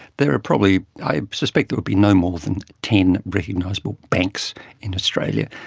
there are probably, i suspect there would be no more than ten recognised but banks in australia,